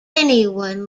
anyone